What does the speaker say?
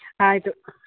ಆಯಿತು